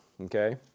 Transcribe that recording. Okay